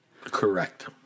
Correct